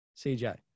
CJ